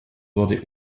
wurde